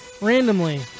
randomly